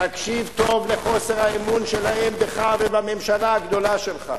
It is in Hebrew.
תקשיב טוב לחוסר האמון שלהם בך ובממשלה הגדולה שלך.